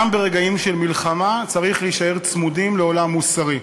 גם ברגעים של מלחמה צריך להישאר צמודים לעולם המוסרי,